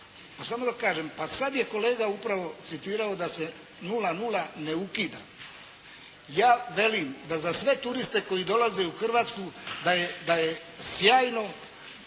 samo da kažem. Pa sada je kolega upravo citirao da se 0,0 ne ukida. Ja velim da za sve turiste koji dolaze u Hrvatsku, da je sjajno